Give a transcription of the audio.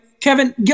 Kevin